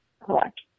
Correct